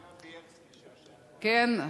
כן,